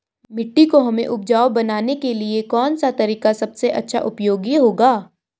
मिट्टी को हमें उपजाऊ बनाने के लिए कौन सा तरीका सबसे अच्छा उपयोगी होगा?